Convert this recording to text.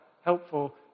helpful